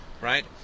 right